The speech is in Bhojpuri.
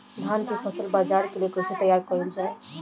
धान के फसल बाजार के लिए कईसे तैयार कइल जाए?